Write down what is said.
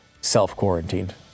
self-quarantined